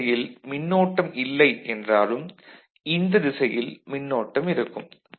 இந்த திசையில் மின்னோட்டம் இல்லை என்றாலும் இந்த திசையில் மின்னோட்டம் இருக்கும்